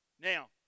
Now